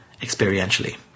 experientially